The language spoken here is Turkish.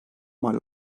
mal